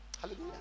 Hallelujah